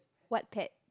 what pet